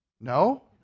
No